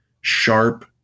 sharp